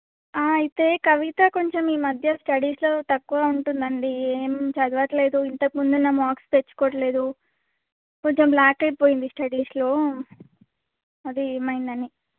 అయితే కవిత కొంచెం ఈ మధ్య స్టడీస్ తక్కువ ఉంటుందండి ఏం చదవట్లేదు ఇంతకు ముందున్న మార్క్స్ తెచ్చుకోవట్లేదు కొంచెం లాక్ అయిపోయింది స్టడీస్లో అది ఏమైందని